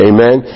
Amen